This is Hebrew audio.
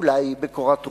אולי בקורת רוח.